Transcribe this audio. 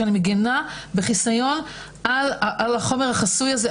שאני מגינה בחיסיון על החומר החסוי הזה.